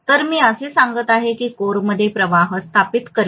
तर मी असे सांगत आहे की कोरमध्ये प्रवाह स्थापित करेल